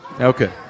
Okay